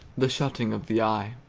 the shutting of the eye.